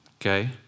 Okay